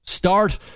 start